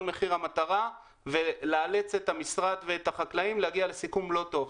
מחיר המטרה ולאלץ את המשרד ואת החקלאים להגיע לסיכום לא טוב.